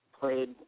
played